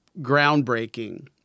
groundbreaking